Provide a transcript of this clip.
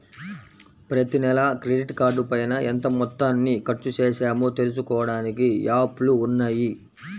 ప్రతినెలా క్రెడిట్ కార్డుపైన ఎంత మొత్తాన్ని ఖర్చుచేశామో తెలుసుకోడానికి యాప్లు ఉన్నయ్యి